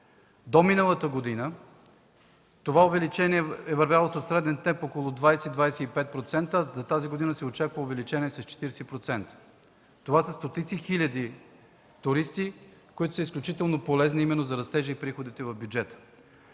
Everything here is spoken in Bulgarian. До миналата година това увеличение е вървяло със среден темп около 20-25%, а за тази година се очаква увеличение с 40%. Това са средства от стотици хиляди туристи, които са изключително полезни именно за растежа и приходите в бюджета.